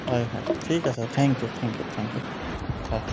হয় হয় ঠিক আছে thank you thank you thank you হয়